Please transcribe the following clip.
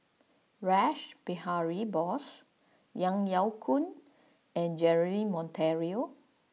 Rash Behari Bose Ang Yau Choon and Jeremy Monteiro